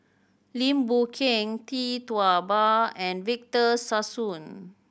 Lim Boon Keng Tee Tua Ba and Victor Sassoon